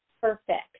perfect